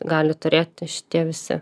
gali turėti šitie visi